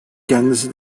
kendisi